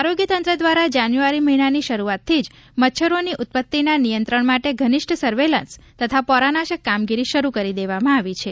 આરોગ્ય તંત્ર દ્વારા જાન્યુઆરી મહિનાની શરૂઆતથી જ મચ્છરોની ઉત્પત્તિના નિયંત્રણ માટે ઘનિષ્ઠ સર્વેલન્સ તથા પોરાનાશક કામગીરી શરૂ કરી દેવામાં આવી છે